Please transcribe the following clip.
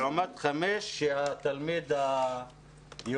לעומת חמישה של התלמיד היהודי.